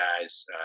guys